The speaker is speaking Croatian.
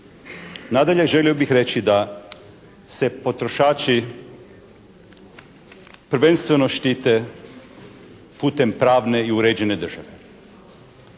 Nadalje, želio bih reći da se potrošači prvenstveno štite putem pravne i uređene države.